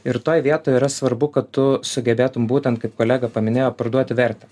ir toj vietoj yra svarbu kad tu sugebėtum būtent kaip kolega paminėjo parduoti vertę